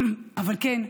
אבל כן,